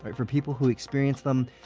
but for people who experience them,